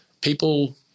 people